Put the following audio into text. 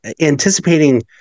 anticipating